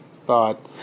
thought